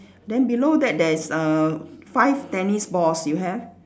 then below that there is err five tennis balls you have